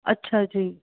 ਅੱਛਾ ਜੀ